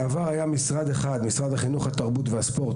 בעבר היה משרד אחד משרד החינוך, התרבות והספורט.